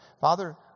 Father